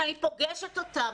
אני פוגשת אותם,